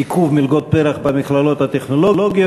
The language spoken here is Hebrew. עיכוב מלגות פר"ח במכללות הטכנולוגיות,